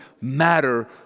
matter